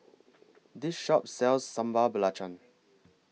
This Shop sells Sambal Belacan